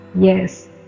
yes